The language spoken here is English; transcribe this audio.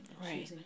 Right